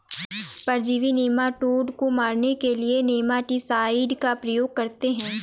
परजीवी नेमाटोड को मारने के लिए नेमाटीसाइड का प्रयोग करते हैं